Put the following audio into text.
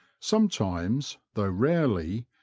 sometimes, though rarely,